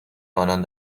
آنان